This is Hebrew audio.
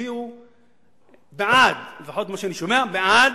יצביעו בעד, לפחות ממה שאני שומע, בעד.